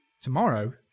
Tomorrow